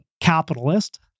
capitalist